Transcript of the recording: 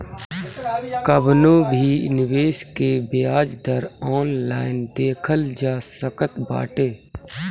कवनो भी निवेश के बियाज दर ऑनलाइन देखल जा सकत बाटे